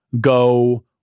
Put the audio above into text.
go